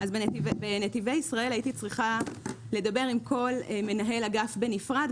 בנתיבי ישראל הייתי צריכה לדבר עם כל מנהל אגף בנפרד,